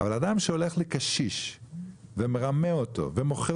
אבל אדם שהולך לקשיש ומרמה אותו ומוכר